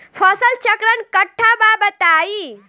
फसल चक्रण कट्ठा बा बताई?